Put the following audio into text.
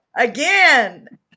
Again